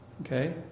Okay